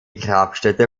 grabstätte